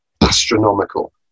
astronomical